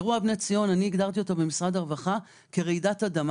את אירוע בני ציון הגדרתי במשרד הרווחה כרעידת אדמה